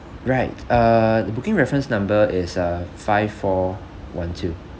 right uh the booking reference number is uh five four one two